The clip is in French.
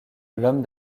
l’homme